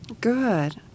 Good